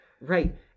Right